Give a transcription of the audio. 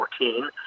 2014